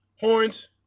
Horns